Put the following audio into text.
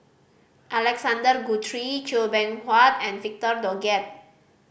Alexander Guthrie Chua Beng Huat and Victor Doggett